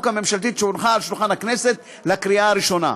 הממשלתית שהונחה על שולחן הכנסת לקריאה הראשונה.